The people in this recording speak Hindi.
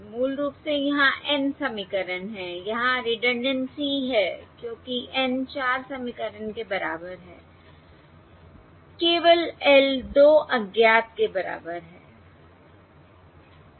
मूल रूप से यहां N समीकरण हैं यहां रिडंडेंसी है क्योंकि N 4 समीकरण के बराबर है केवल L 2 अज्ञात के बराबर है